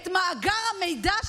את מאגר המידע,